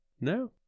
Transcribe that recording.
No